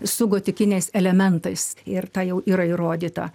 su gotikiniais elementais ir tai jau yra įrodyta